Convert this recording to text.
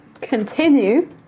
continue